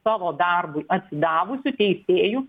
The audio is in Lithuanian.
savo darbui atsidavusių teisėjų